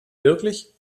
wirklich